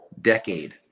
decade